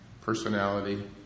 personality